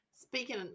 speaking